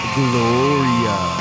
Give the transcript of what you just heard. gloria